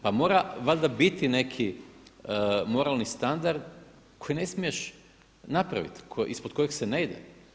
Pa mora valjda biti neki moralni standard koji ne smiješ napraviti, ispod kojeg se ne ide.